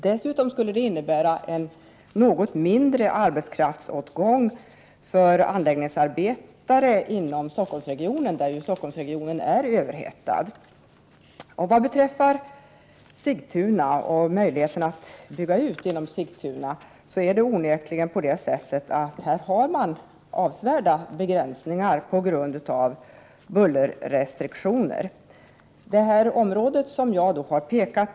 Dessutom skulle det innebära en något mindre åtgång på arbetskraft för anläggningsarbetare inom Stockholmsregionen, som ju är överhettad. I Sigtuna har man avsevärda begränsningar på grund av bullerrestriktioner när man vill bygga bostäder.